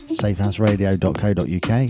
safehouseradio.co.uk